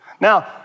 Now